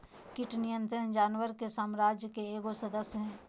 कीट नियंत्रण जानवर के साम्राज्य के एगो सदस्य हइ